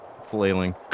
flailing